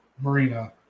Marina